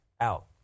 out